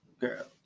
girl